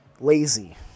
lazy